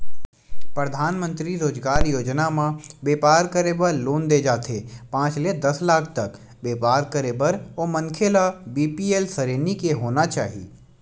परधानमंतरी रोजगार योजना म बेपार करे बर लोन दे जाथे पांच ले दस लाख तक बेपार करे बर ओ मनखे ल बीपीएल सरेनी के होना चाही